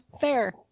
Fair